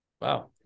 Wow